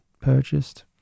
purchased